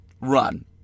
run